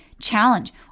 challenge